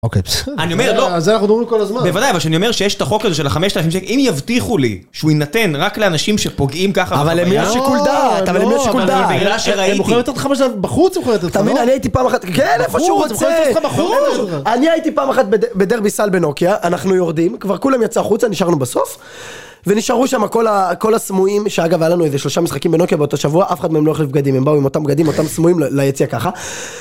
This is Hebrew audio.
אוקיי אני אומר לא זה אנחנו דומים כל הזמן. בוודאי אבל שאני אומר שיש את החוק הזה של ה-5000 שקל, אם יבטיחו לי שהוא יינתן רק לאנשים שפוגעים ככה. אבל הם יושבים כול דעת. אבל הם יושבים כול דעת. הם יכולים לתת לך משהו בחוץ, הם יכולים לתת לך בחוץ. כן איפה שהוא רוצה. אני הייתי פעם אחת בדרביסל בנוקיה, אנחנו יורדים, כבר כולם יצאו החוצה, נשארנו בסוף. ונשארו שם כל הסמויים, שאגב היה לנו איזה שלושה משחקים בנוקיה באותו שבוע, הם באו עם אותם בגדים, אותם סמויים ליציא ככה.